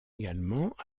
également